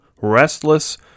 restless